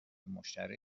مشتری